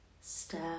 step